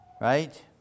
right